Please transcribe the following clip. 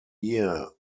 year